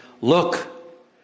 Look